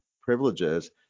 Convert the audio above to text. privileges